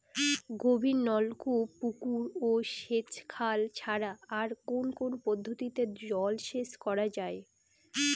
গভীরনলকূপ পুকুর ও সেচখাল ছাড়া আর কোন কোন পদ্ধতিতে জলসেচ করা যায়?